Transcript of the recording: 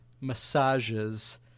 massages